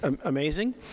amazing